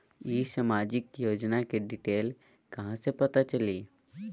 ई सामाजिक योजना के डिटेल कहा से पता चली?